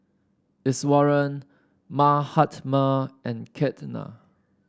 Iswaran Mahatma and Ketna